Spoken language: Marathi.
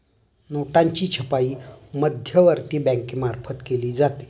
नोटांची छपाई मध्यवर्ती बँकेमार्फत केली जाते